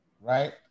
right